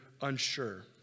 unsure